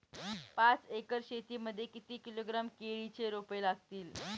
पाच एकर शेती मध्ये किती किलोग्रॅम केळीची रोपे लागतील?